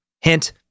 Hint